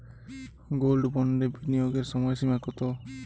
Gold বন্ডে বিনিয়োগের সময়সীমা কতো?